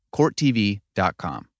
CourtTV.com